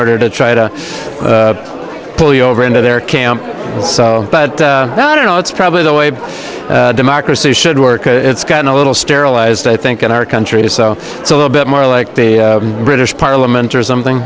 order to try to pull you over into their camp but i don't know it's probably the way democracy should work it's gotten a little sterilized i think in our country to so it's a little bit more like the british parliament or something